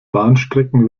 bahnstrecken